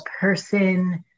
person